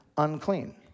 unclean